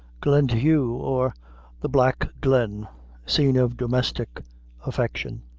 glendhu, or the black glen scene of domestic affection.